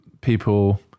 people